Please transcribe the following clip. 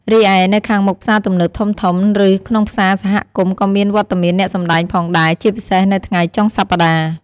រីឯ នៅខាងមុខផ្សារទំនើបធំៗ ឬក្នុងផ្សារសហគមន៍ក៏មានវត្តមានអ្នកសម្ដែងផងដែរ ជាពិសេសនៅថ្ងៃចុងសប្ដាហ៍។